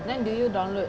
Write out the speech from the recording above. then did you download